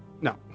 No